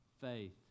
Faith